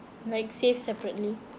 like save separately